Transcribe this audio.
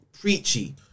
preachy